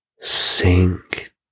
sink